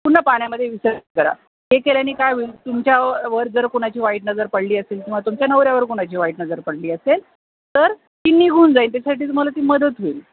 पूर्ण पाण्यामध्ये विसर्जन करा हे केल्याने काय होईल तुमच्यावर जर कुणाची वाईट नजर पडली असेल किंवा तुमच्या नवऱ्यावर कुणाची वाईट नजर पडली असेल तर ती निघून जाईल त्यासाठी तुम्हाला ती मदत होईल